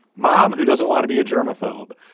mom who doesn't want to be a germaphobe?